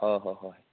ꯑꯥ ꯍꯣꯏ ꯍꯣꯏ